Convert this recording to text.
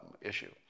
issue